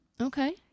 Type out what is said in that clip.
Okay